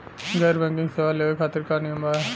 गैर बैंकिंग सेवा लेवे खातिर का नियम बा?